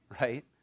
Right